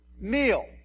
meal